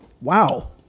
wow